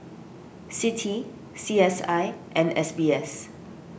Citi C S I and S B S